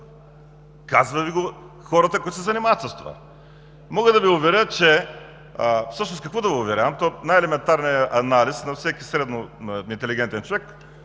казват хората, които се занимават с това. Мога да Ви уверя, всъщност какво да Ви уверявам, че най-елементарният анализ на всеки средно интелигентен човек